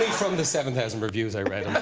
from the seven thousand reviews i read